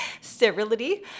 sterility